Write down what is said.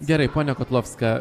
gerai ponia kotlovska